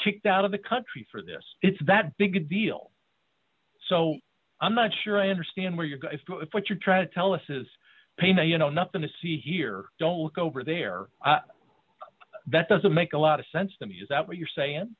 kicked out of the country for this it's that big deal so i'm not sure i understand where you're going if what you're trying to tell us is pain and you know nothing to see here don't look over there that doesn't make a lot of sense to me is that what you're saying